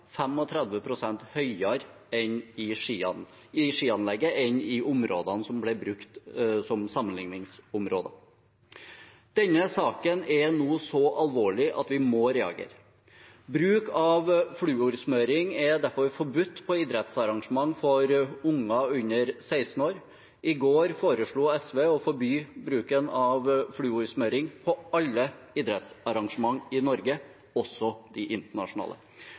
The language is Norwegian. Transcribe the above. høyere i skianlegget enn i områdene som ble brukt som sammenligningsområder. Denne saken er nå så alvorlig at vi må reagere. Bruk av fluorsmøring er derfor forbudt på idrettsarrangementer for barn under 16 år. I går foreslo SV å forby bruken av fluorsmøring på alle idrettsarrangementer i Norge, også internasjonale.